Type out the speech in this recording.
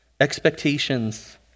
expectations